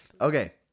okay